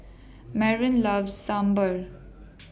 Mervin loves Sambar